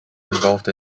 involved